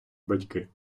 батьки